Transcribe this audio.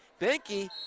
Benke